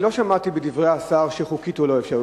אני לא שמעתי בדברי השר שחוקית הוא לא אפשרי.